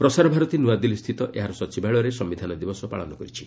ପ୍ରସାରଭାରତୀ ନ୍ତଆଦିଲ୍ଲୀ ସ୍ଥିତ ଏହାର ସଚିବାଳୟରେ ସମ୍ଭିଧାନ ଦିବସ ପାଳନ କରିଛି